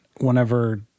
whenever